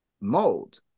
mold